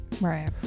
right